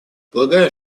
полагаю